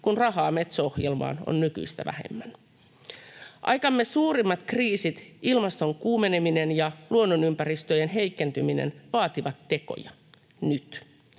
kun rahaa Metso-ohjelmaan on nykyistä vähemmän. Aikamme suurimmat kriisit, ilmaston kuumeneminen ja luonnonympäristöjen heikentyminen, vaativat tekoja, nyt.